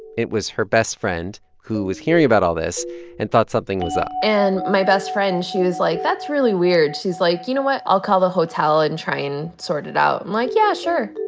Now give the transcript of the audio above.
it was her best friend who was hearing about all this and thought something was up and my best friend, she was like, that's really weird. she's like, you know what? i'll call the hotel and try and sort it out. i'm like, yeah. sure